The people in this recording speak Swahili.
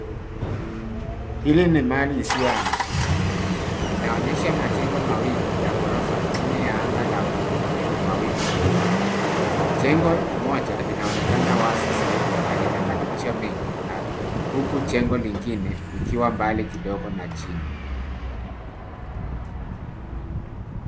Hili ni mali isiyohamishika. Inaonyesha majengo mawili ya ghorofa chini ya anga la buluu lenye mawingu meupe. Jengo moja linaonekana wazi zaidi na lina madirisha mengi na huku jengo lingine likiwa mbali kidogo na chini.